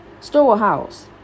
storehouse